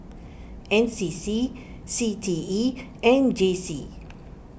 N C C C T E and J C